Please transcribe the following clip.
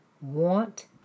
want